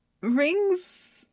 rings